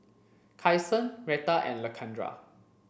Kyson Retta and Lakendra